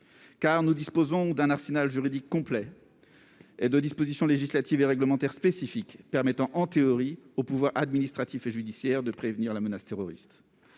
nous disposons d'un arsenal juridique complet et de dispositions législatives et réglementaires spécifiques permettant, en théorie, aux pouvoirs administratif et judiciaire de prévenir la menace terroriste.